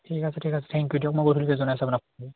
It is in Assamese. ঠিক আছে ঠিক আছে থেংক ইউ দিয়ক মই গধূলিকৈ জনাই আছো আপোনাক